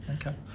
Okay